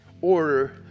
order